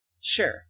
Sure